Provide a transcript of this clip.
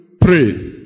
pray